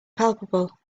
palpable